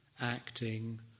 acting